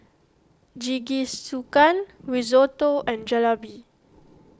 Jingisukan Risotto and Jalebi